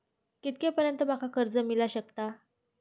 कितक्या पर्यंत माका कर्ज मिला शकता?